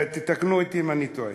ותקנו אותי אם אני טועה,